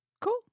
Cool